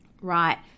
Right